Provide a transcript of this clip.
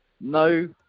No